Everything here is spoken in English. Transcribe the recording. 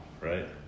right